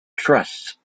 trusts